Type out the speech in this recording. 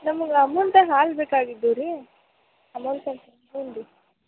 ನಮ್ಗಾ ಅಮೂಲ್ದಾ ಹಾಲು ಬೇಕಾಗಿದ್ದು ರೀ ಅಮೂಲ್ದಾ ಹ್ಞೂ ರೀ